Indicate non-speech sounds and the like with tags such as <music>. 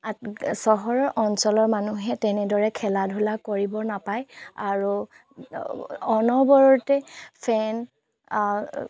<unintelligible> চহৰৰ অঞ্চলৰ মানুহে তেনেদৰে খেলা ধূলা কৰিব নাপায় আৰু অনবৰতে ফেন